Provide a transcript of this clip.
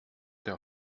der